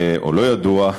או לא ידוע,